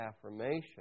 affirmation